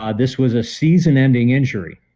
ah this was a season-ending injury.